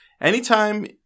Anytime